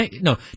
no